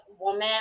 woman